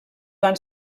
van